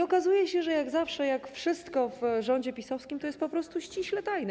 Okazuje się - jak zawsze, jak wszystko w rządzie PiS-owskim - że to jest po prostu ściśle tajne.